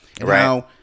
Right